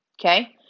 Okay